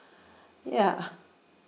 ya